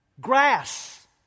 grass